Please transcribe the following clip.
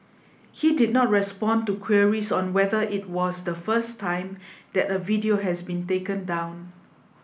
he did not respond to queries on whether it was the first time that a video has been taken down